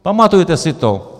Pamatujte si to.